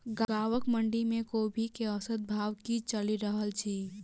गाँवक मंडी मे कोबी केँ औसत भाव की चलि रहल अछि?